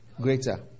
greater